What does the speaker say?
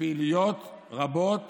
בפעילויות רבות